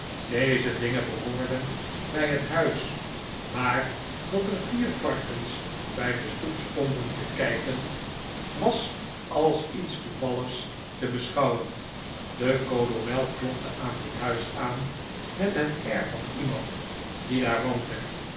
deze dingen behoorden bij het huis maar dat er vier varkens bij de stoep stonden te kijken was als iets toevalligs te beschouwen de kolonel klopte aan dit huis aan met het air van iemand die daar woonde